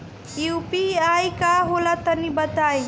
इ यू.पी.आई का होला तनि बताईं?